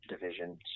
division